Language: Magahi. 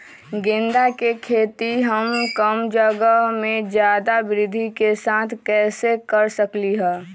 गेंदा के खेती हम कम जगह में ज्यादा वृद्धि के साथ कैसे कर सकली ह?